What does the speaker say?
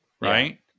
right